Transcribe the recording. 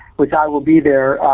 which i will be there.